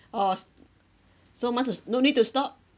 oh s~ so mine is no need to stop